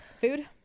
food